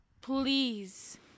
please